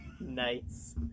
Nice